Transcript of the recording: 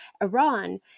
Iran